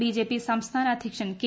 BJP സംസ്ഥാന അധ്യക്ഷൻ K